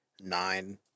nine